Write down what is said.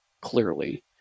clearly